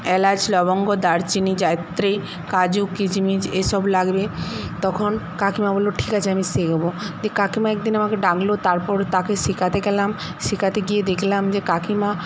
এলাচ লবঙ্গ দারচিনি জায়িত্রি কাজু কিচমিচ এইসব লাগবে তখন কাকিমা বলল ঠিক আছে আমি শিখবো দিয়ে কাকিমা একদিন আমাকে ডাকল তারপর তাকে শিখাতে গেলাম শিখাতে গিয়ে দেখলাম যে কাকিমা